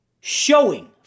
showing